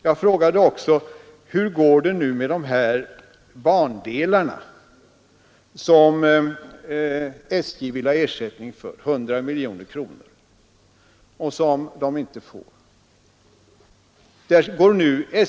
Jag frågade också: Hur går det nu med de bandelar som SJ vill ha 100 miljoner kronor i ersättning för men för vilka SJ inte får de begärda pengarna.